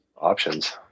options